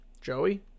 Joey